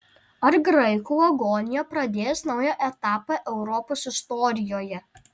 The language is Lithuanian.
ar graikų agonija pradės naują etapą europos istorijoje